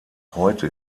heute